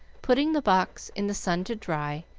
putting the box in the sun to dry,